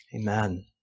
Amen